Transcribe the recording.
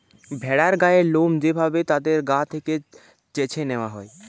ভেড়ার গায়ের লোম যে ভাবে তাদের গা থেকে চেছে নেওয়া হয়